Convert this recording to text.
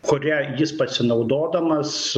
kurią jis pasinaudodamas